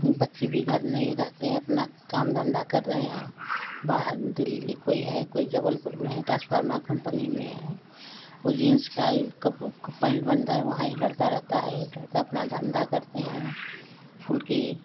बच्चे भी घर नहीं रहते अपना काम धंधा कर रहे हैं बाहर दिल्ली कोई है कोई जबलपुर में है ट्रांसफार्मर कम्पनी में हैं वो जींस का कप पैंट बनता है वहाँ एक लड़का रहता है करता अपना धंधा करते हैं खुद की